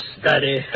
study